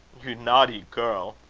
you naughty girl!